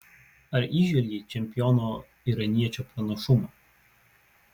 ar įžvelgei čempiono iraniečio pranašumą